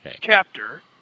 chapter